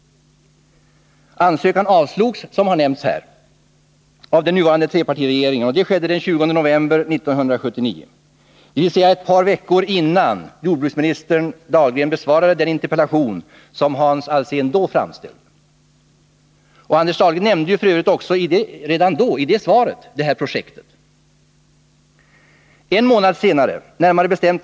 Ansökan avslogs, som har nämnts här, av den nuvarande trepartiregeringen den 20 december 1979. Anders Dahlgren nämnde f.ö. detta försöksprojekt redan i sitt interpellationssvar till Hans Alsén i början av december samma år. Jag instämmer alltså här i den redogörelse som jordbruksministern har lämnat.